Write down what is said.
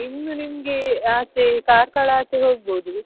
ಇನ್ನು ನಿಮಗೆ ಆಚೆ ಕಾರ್ಕಳ ಆಚೆ ಹೋಗ್ಬೌದು